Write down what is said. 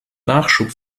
nachschub